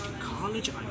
college